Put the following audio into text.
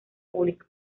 público